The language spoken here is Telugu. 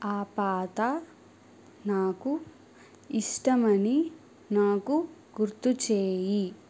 ఆ పాట నాకు ఇష్టమని నాకు గుర్తు చేయి